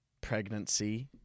pregnancy